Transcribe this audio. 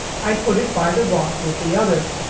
i put it by the rock with the other.